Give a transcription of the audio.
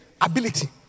ability